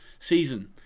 season